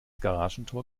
garagentor